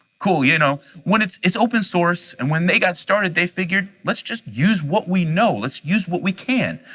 cool, you know when it's it's open source and when they got started they figured, let's just use what we know, let's use what we can.